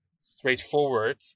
straightforward